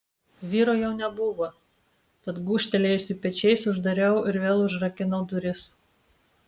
vyro jau nebuvo tad gūžtelėjusi pečiais uždariau ir vėl užrakinau duris